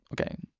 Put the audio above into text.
Okay